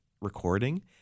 recording